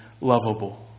lovable